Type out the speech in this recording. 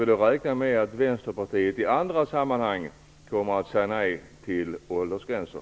Kan vi räkna med att Vänsterpartiet i andra sammanhang kommer att säga nej till åldersgränser?